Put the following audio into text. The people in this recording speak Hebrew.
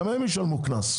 גם הן ישלמו קנס.